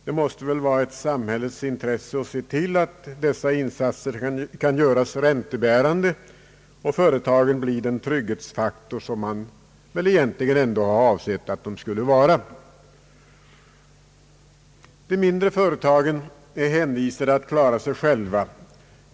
Det måste vara ett samhällets intresse att se till att de insatserna kan göras räntebärande och att företagen blir den trygghetsfaktor som man väl egentligen har avsett att de skulle vara. De mindre företagen är hänvisade till att klara sig själva.